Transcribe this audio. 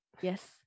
Yes